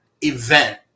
event